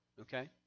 okay